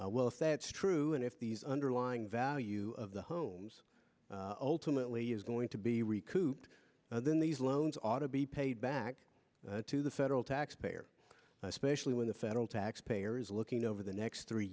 well if that's true and if these underlying value of the homes ultimately is going to be recouped then these loans ought to be paid back to the federal taxpayer especially when the federal taxpayer is looking over the next three